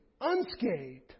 unscathed